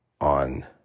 on